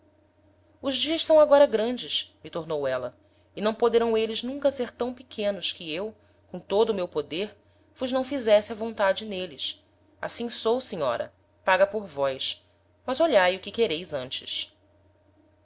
os dias são agora grandes me tornou éla e não poderão êles nunca ser tam pequenos que eu com todo o meu poder vos não fizesse a vontade n'êles assim sou senhora paga por vós mas olhae o que quereis antes